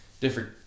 different